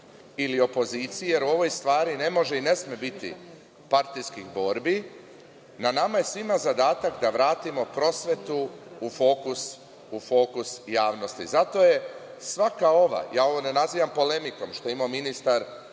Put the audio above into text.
ili opoziciji, jer u ovoj stvari ne može i ne sme biti partijskih borbi, na nama je svima zadatak da vratimo prosvetu u fokus javnosti. Zato je svaka ova, ja ovo ne nazivam polemikom što je imao ministar